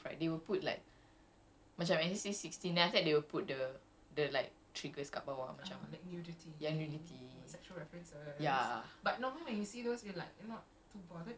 but usually they will put actually okay no actually that one was for like D_V_D's and stuff right they will put like macam N_C sixteen then I said they will put the the like triggers kat bawah macam